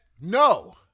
No